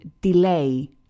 delay